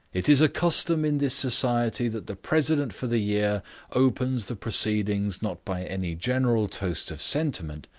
it is a custom in this society that the president for the year opens the proceedings not by any general toast of sentiment,